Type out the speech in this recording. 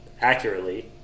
accurately